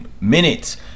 minutes